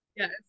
Yes